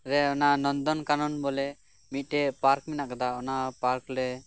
ᱨᱮ ᱚᱱᱟ ᱱᱚᱱᱫᱚᱱᱠᱟᱱᱚᱱ ᱵᱚᱞᱮ ᱢᱤᱜᱴᱮᱡ ᱯᱟᱨᱠ ᱢᱮᱱᱟᱜ ᱠᱟᱫᱟ ᱚᱱᱟ ᱯᱟᱨᱠ ᱞᱮ